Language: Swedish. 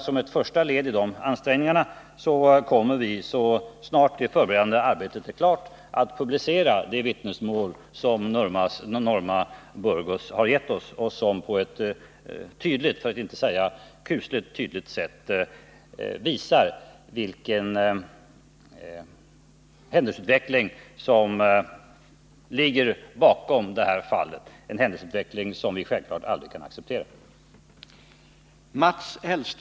Som ett första led i de ansträngningarna kommer vi, så snart det förberedande arbetet är klart, att publicera det vittnesmål som Susana Norma Burgos har gett oss och som på ett kusligt tydligt sätt visar vad som hänt i fallet.